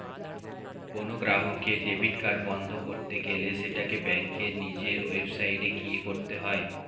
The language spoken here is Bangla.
কোনো গ্রাহকের ডেবিট কার্ড বন্ধ করতে গেলে সেটাকে ব্যাঙ্কের নিজের ওয়েবসাইটে গিয়ে করতে হয়ে